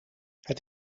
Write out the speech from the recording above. het